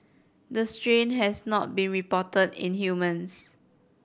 the strain has not been reported in humans